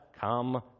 Come